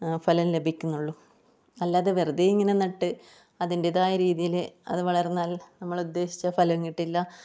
ഫലം ലഭിക്കുന്നുള്ളൂ അല്ലാതെ വെറുതെ ഇങ്ങനെ നട്ട് അതിന്റേതായ രീതിയിൽ അത് വളർന്നാൽ നമ്മളുദ്ദേശിച്ച ഫലം കിട്ടില്ല